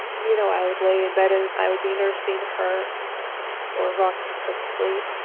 you know, i would lay in bed and i would be nursing her or rocking her sleep,